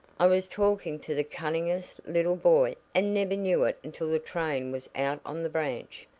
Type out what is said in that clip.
i was talking to the cunningest little boy, and never knew it until the train was out on the branch,